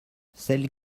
celles